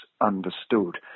understood